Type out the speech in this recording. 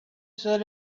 said